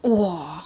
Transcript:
!wah!